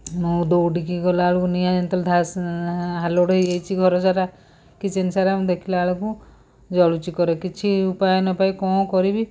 ମୁଁ ଦୌଡ଼ିକି ଗଲାବେଳକୁ ନିଆଁ ଯେମିତି ଧାଁସ ହେଇଯାଇଛି ଘରସାରା କିଚେନ୍ ସାରା ଦେଖିଲାବେଳକୁ ଜଳୁଛି କଢ଼େଇ କିଛି ଉପାୟ ନ ପାଇ କ'ଣ କରିବି